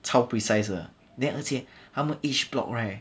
超 precise 的 then 而且他们 each block right